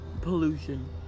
Pollution